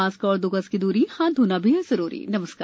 mask और दो गज की दूरी हाथ धोना भी है जरुरी नमस्कार